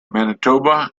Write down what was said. manitoba